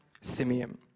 Simeon